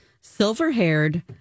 silver-haired